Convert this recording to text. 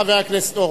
חבר הכנסת אורבך.